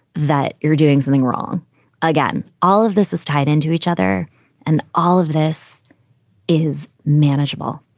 that you're doing something wrong again. all of this is tied into each other and all of this is manageable.